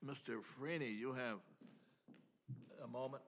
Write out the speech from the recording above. mr freddy you have a moment